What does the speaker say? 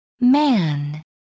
Man